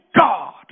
God